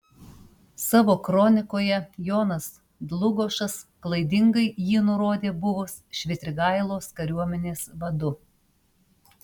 savo kronikoje jonas dlugošas klaidingai jį nurodė buvus švitrigailos kariuomenės vadu